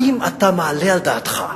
האם אתה מעלה על דעתך?